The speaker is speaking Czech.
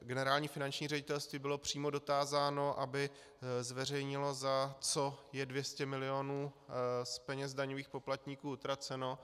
Generální finanční ředitelství bylo přímo dotázáno, aby zveřejnilo, za co je 200 milionů z peněz daňových poplatníků utraceno.